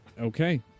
Okay